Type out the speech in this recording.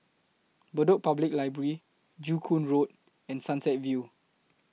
Bedok Public Library Joo Koon Road and Sunset View